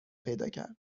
پیداکرد